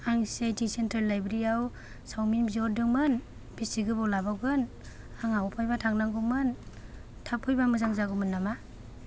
आं C I T centre लाइब्रेरियाव सावमिन बिरहदोंमोन बिसि गोबाव लाबावगोन आंहा अफायबा थांनांगौ मोन थाब फैबा मोजां जागौमोन नामा